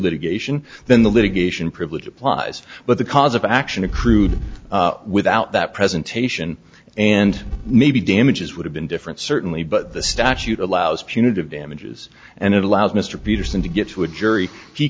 litigation then the litigation privilege applies but the cause of action accrued without that presentation and maybe damages would have been different certainly but the statute allows punitive damages and it allows mr peterson to get wood jury he